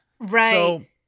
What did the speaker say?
Right